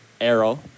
Arrow